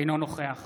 אינו נוכח